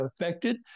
affected